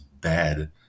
bad